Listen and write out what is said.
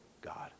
God